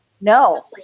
no